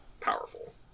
powerful